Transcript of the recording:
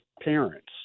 parents